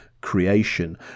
creation